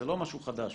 זה לא משהו חדש שהשתנה.